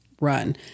run